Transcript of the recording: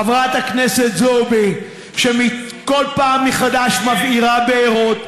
חברת הכנסת זועבי שכל פעם מחדש מבעירה בעירות,